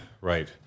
right